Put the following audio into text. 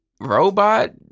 robot